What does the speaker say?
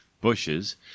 Bushes